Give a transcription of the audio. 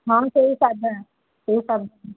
ହଁ ସେଇ ସାଧା ସେଇ ସାଧା